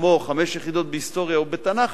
כמו חמש יחידות בהיסטוריה ובתנ"ך,